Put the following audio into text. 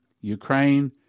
Ukraine